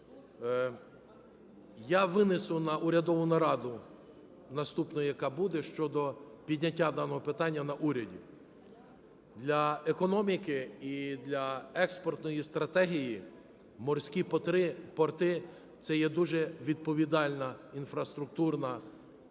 я винесу на урядову нараду наступну, яка буде, щодо підняття даного питання на уряді. Для економіки і для експортної стратегії морські порти – це є дуже відповідальна інфраструктурна робота,